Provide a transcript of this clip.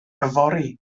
yfory